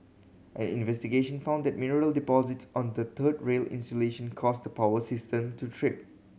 an investigation found that mineral deposits on the third rail insulation caused power system to trip